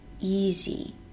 easy